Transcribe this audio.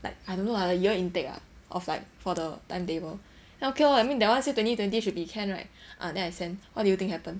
like I don't know lah the year intake ah of like for the timetable then okay lor I mean that one say twenty twenty should be can right ah then I send what do you think happen